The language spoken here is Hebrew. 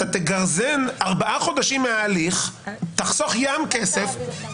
אתה תגרזן ארבעה חודשים מההליך, תחסוך "ים כסף".